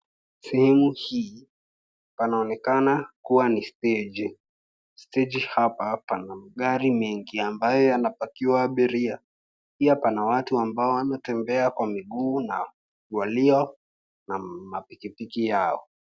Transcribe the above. Sehemu hii panaonekana kuwa ni stage . Stage hapa pana magari mengi ambayo yanapakiwa abiria. Pia pana watu ambao wanatembea kwa miguu na walio na mapikipiki yao.